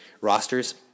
rosters